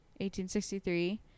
1863